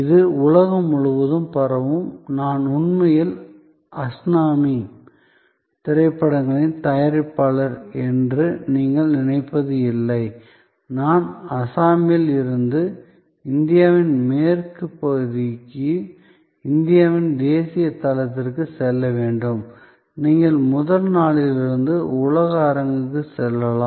இது உலகம் முழுவதும் பரவும் நான் உண்மையில் அஸ்ஸாமி திரைப்படங்களின் தயாரிப்பாளர் என்று நீங்கள் நினைப்பது இல்லை நான் அசாமில் இருந்து இந்தியாவின் மேற்கு பகுதிக்கு இந்தியாவின் தேசிய தளத்திற்கு செல்ல வேண்டும் நீங்கள் முதல் நாளிலிருந்து உலக அரங்குக்கு செல்லலாம்